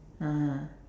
(uh huh)